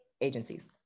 agencies